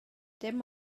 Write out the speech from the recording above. dim